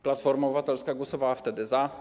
Platforma Obywatelska głosowała wtedy za.